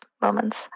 moments